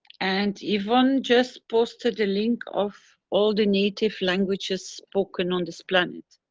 and yvonne just posted a link of all the native languages spoken on this planet.